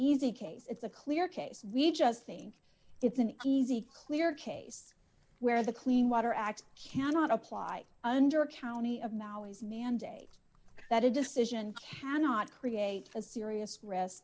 easy case it's a clear case we just think it's an easy clear case where the clean water act cannot apply under county of maui's mandate that a decision cannot create a serious risk